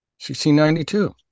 1692